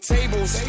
tables